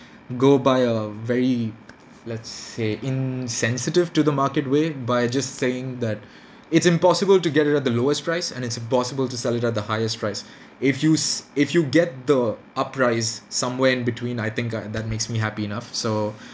go by a very let's say insensitive to the market way by just saying that it's impossible to get it at the lowest price and it's impossible to sell it the highest price if you s~ if you get the uprise somewhere in between I think uh that makes me happy enough so